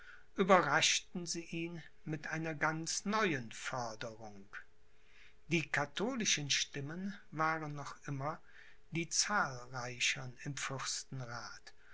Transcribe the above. überraschten sie ihn mit einer ganz neuen forderung die katholischen stimmen waren noch immer die zahlreichern im